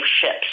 ships